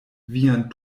vian